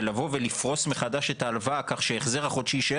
לבוא ולפרוס מחדש את ההלוואה כך שההחזר החודשי יישאר